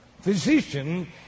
Physician